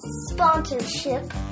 sponsorship